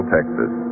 Texas